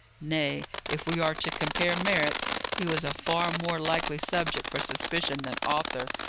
nay, if we are to compare merits, he was a far more likely subject for suspicion than arthur,